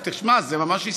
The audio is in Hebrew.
זה לא עולה כסף.